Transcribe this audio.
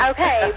Okay